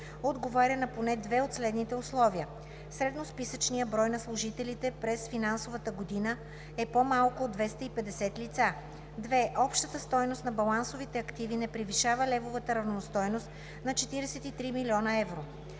отговаря на поне две от следните условия: 1. средносписъчният брой на служителите през финансовата година е по-малко от 250 лица; 2. общата стойност на балансовите активи не превишава левовата равностойност на 43 000 000 евро;